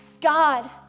God